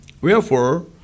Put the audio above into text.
Wherefore